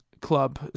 club